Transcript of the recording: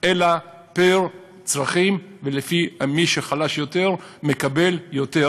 אלא פר-צרכים, ולפי מה שחלש יותר מקבל יותר,